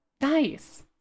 Nice